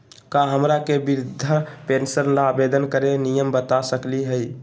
का हमरा के वृद्धा पेंसन ल आवेदन करे के नियम बता सकली हई?